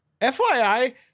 FYI